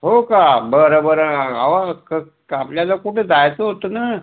हो का बरं बरं अहो आपल्याला कुठे जायचं होतं ना